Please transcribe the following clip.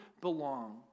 belong